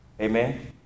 Amen